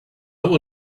would